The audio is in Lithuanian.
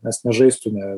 mes nežaistume